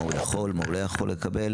ומה הוא יכול או לא יכול לקבל,